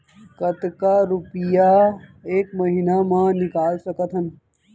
कतका रुपिया एक महीना म निकाल सकथन?